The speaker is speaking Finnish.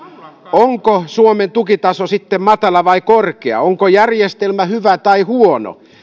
onko suomen tukitaso sitten matala vai korkea onko järjestelmä hyvä tai huono